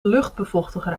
luchtbevochtiger